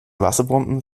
wasserbomben